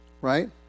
Right